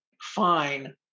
fine